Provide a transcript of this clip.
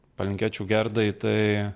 palinkėčiau gerdai tai